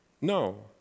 no